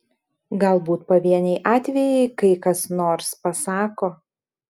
galbūt pavieniai atvejai kai kas nors pasako